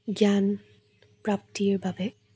জ্ঞান প্ৰাপ্তিৰ বাবে